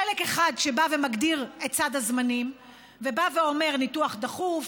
חלק אחד שמגדיר את סד הזמנים ואומר: ניתוח דחוף,